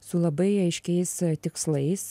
su labai aiškiais tikslais